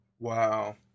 Wow